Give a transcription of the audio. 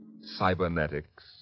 cybernetics